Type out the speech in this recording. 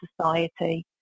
society